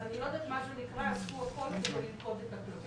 אז אני לא יודעת מה זה נקרא "עשו הכל כדי ללכוד את הכלבים".